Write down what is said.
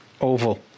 oval